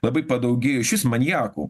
labai padaugėjo išvis maniakų